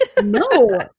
No